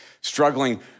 struggling